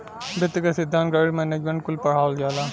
वित्त क सिद्धान्त, गणित, मैनेजमेंट कुल पढ़ावल जाला